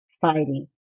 fighting